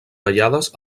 ballades